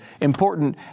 important